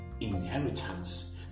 inheritance